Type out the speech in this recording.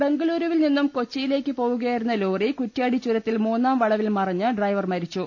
ബംഗളുരുവിൽ നിന്നും കൊച്ചിയിലേക്ക് പോവുകയായിരുന്ന ലോറി കുറ്റ്യാടി ചുരത്തിൽ മൂന്നാംവളവിൽ മറിഞ്ഞ് ഡ്രൈവർ മരി ച്ചു